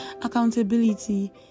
accountability